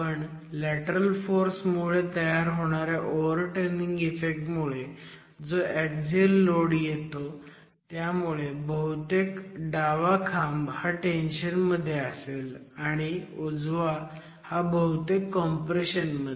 पण lateral force मुळे तयार होणाऱ्या ओव्हरटर्निंग इफेक्ट मुळे जो एक्झिअल लोड येतो त्यामुळे बहुतेक दावा खांब हा टेन्शन मध्ये असेल आणि उजवा बहुतेक कॉम्प्रेशन मध्ये